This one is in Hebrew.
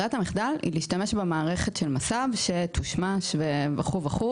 ברירת המחדל היא להשתמש במערכת של מס"ב שתושמש בכך וכך,